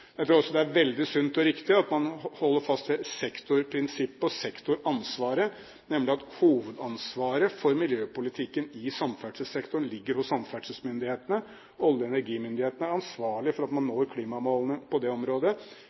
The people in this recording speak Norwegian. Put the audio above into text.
Jeg tror også det er veldig sunt og riktig at man holder fast ved sektorprinsippet og sektoransvaret, nemlig at hovedansvaret for miljøpolitikken i samferdselssektoren ligger hos samferdselsmyndighetene, olje- og energimyndighetene er ansvarlige for at man når klimamålene på det området,